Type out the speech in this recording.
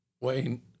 Wayne